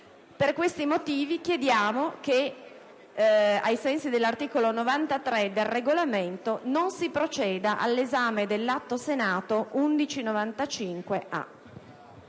Per i suddetti motivi, chiediamo che, ai sensi dell'articolo 93 del Regolamento, non si proceda all'esame dell'atto Senato 1195-B.